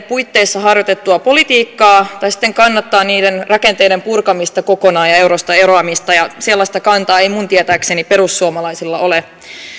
puitteissa harjoitettua politiikkaa tai sitten kannattaa niiden rakenteiden purkamista kokonaan ja eurosta eroamista ja sellaista kantaa ei minun tietääkseni perussuomalaisilla ole